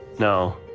no,